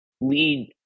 lead